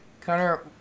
Connor